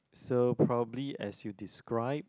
so probably as you described